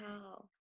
Wow